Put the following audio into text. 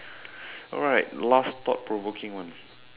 alright last thought provoking one